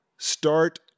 start